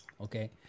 okay